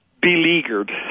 beleaguered